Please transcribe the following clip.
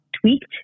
tweaked